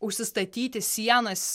užsistatyti sienas